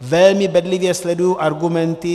Velmi bedlivě sleduji argumenty.